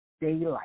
daylight